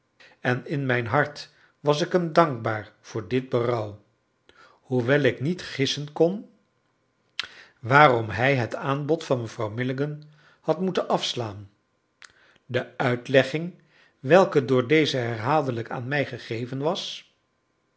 en in mijn hart was ik hem dankbaar voor dit berouw hoewel ik niet gissen kon waarom hij het aanbod van mevrouw milligan had moeten afslaan de uitlegging welke door deze herhaaldelijk aan mij gegeven was